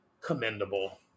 commendable